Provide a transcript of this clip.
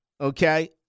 okay